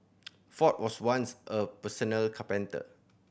ford was once a carpenter